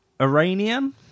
Iranian